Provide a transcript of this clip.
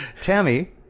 Tammy